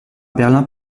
berlin